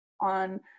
on